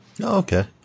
Okay